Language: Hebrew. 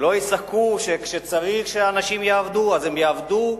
לא ישחקו שכשצריך שאנשים יעבדו הם יעבדו,